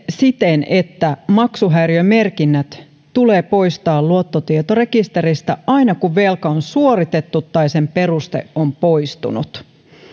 siten että maksuhäiriömerkinnät tulee poistaa luottotietorekisteristä aina kun velka on suoritettu tai sen peruste on poistunut